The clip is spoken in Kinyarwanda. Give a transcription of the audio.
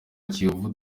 kiyovu